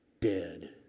dead